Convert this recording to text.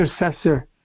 intercessor